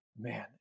man